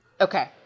okay